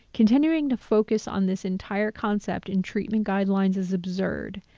continuing to focus on this entire concept and treatment guidelines is absurd.